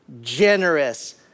generous